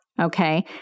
okay